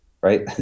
right